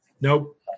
Nope